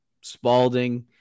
Spalding